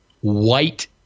white